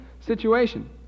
situation